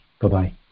Bye-bye